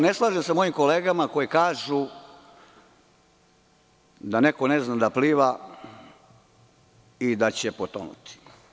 Ne slažem se sa mojim kolegama koje kažu da neko ne zna da pliva i da će potonuti.